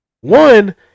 One